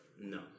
No